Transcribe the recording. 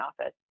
office